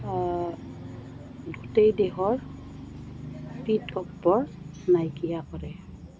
গোটেই দেহৰ পীঠ গহ্বৰ নাইকিয়া কৰে